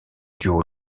duo